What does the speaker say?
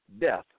death